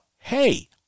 hey